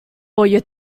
your